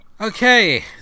Okay